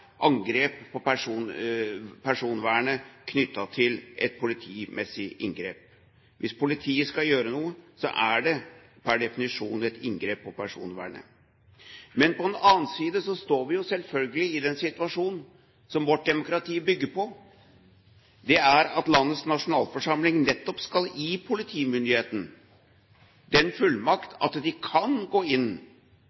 angrep på personvernet knyttet til et politimessig inngrep – altså, hvis politiet skal gjøre noe, er det, per definisjon, et inngrep på personvernet. På den annen side har vi selvfølgelig den situasjonen som vårt demokrati bygger på, at det er landets nasjonalforsamling som nettopp skal gi politimyndigheten fullmakt